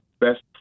best